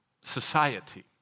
society